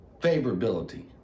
favorability